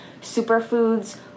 superfoods